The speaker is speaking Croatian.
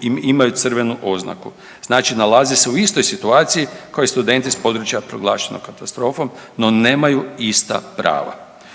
im imaju crvenu oznaku. Znači nalaze se u istoj situaciji kao i studenti s područja proglašenog katastrofom no nemaju ista prava.